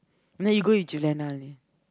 and then you go with Juliana